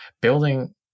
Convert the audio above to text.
building